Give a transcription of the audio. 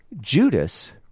Judas